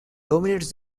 dominates